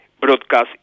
broadcast